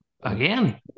Again